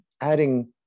adding